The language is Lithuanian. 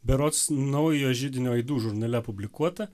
berods naujojo židinio aidų žurnale publikuota